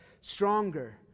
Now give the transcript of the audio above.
stronger